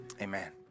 amen